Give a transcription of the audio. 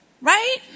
Right